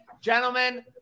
Gentlemen